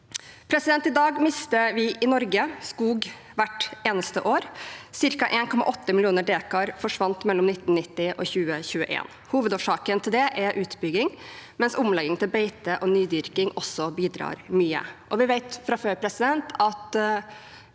I dag mister vi skog i Norge hvert eneste år. Cirka 1,8 millioner dekar forsvant mellom 1990 og 2021. Hovedårsaken er utbygging, mens omlegging til beite og nydyrking også bidrar mye. Vi vet fra før at